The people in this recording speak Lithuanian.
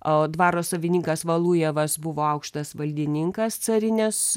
o dvaro savininkas valujevas buvo aukštas valdininkas carinės